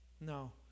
No